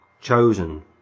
chosen